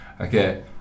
Okay